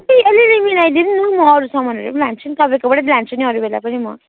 अबुई अलि अलि मिलाइदिनु नौ म अरू सामानहरू लान्छु तपाईँकोबाट लान्छु नि अरू बेला पनि म